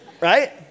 right